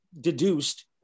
deduced